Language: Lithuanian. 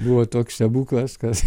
buvo toks stebuklas kas